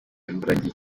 imburagihe